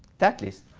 that list.